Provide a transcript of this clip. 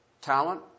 Talent